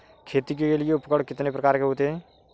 खेती के लिए उपकरण कितने प्रकार के होते हैं?